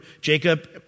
Jacob